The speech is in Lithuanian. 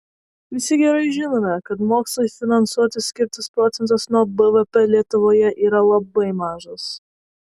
visi gerai žinome kad mokslui finansuoti skirtas procentas nuo bvp lietuvoje yra labai mažas